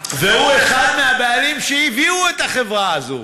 היו"ר הקודם הוא אחד מהבעלים שהביאו את החברה הזאת,